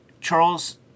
Charles